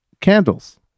candles